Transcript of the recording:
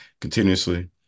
continuously